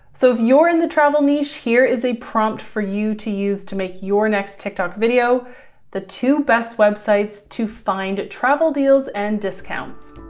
so if you're in the travel niche here is a prompt for you to use to make your next tiktok video the two best websites to find travel deals and discounts.